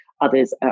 others